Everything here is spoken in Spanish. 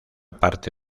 parte